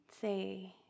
say